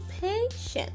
patient